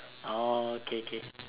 oh okay okay